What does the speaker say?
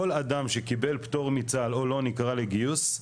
כל אדם שקיבל פטור מצה"ל או לא נקרא לגיוס,